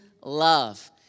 love